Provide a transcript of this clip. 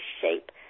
shape